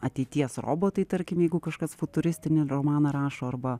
ateities robotai tarkim jeigu kažkas futuristinį romaną rašo arba